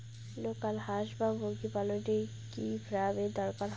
Local হাস বা মুরগি পালনে কি ফার্ম এর দরকার হয়?